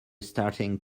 starting